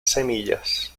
semillas